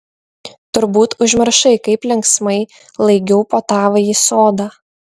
turbūt užmiršai kaip linksmai laigiau po tavąjį sodą